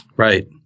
Right